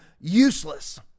useless